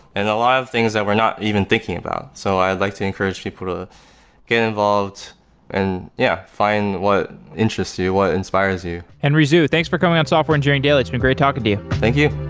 and a lot of things that we're not even thinking about, so i'd like to encourage people to get involved and yeah, find what interests you, what inspires you henry zhu, thanks for coming on software engineering daily. it's been great talking to you thank you